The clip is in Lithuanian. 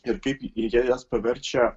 ir kaip jie jas paverčia